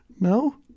no